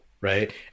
right